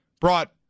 brought